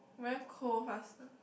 very cold faster